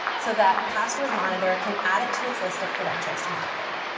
so that password monitor can add it to its list of credentials to monitor.